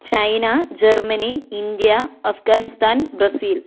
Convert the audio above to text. China Germany India Afghanistan Brazil